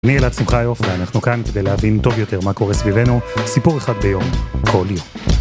נהיה אלעד שמחיוף, ואנחנו כאן כדי להבין טוב יותר מה קורה סביבנו, סיפור אחד ביום, כל יום.